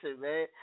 man